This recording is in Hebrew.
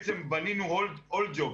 בנינו all jobs